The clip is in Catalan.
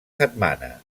setmana